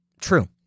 True